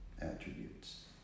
attributes